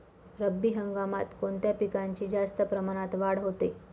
रब्बी हंगामात कोणत्या पिकांची जास्त प्रमाणात वाढ होते?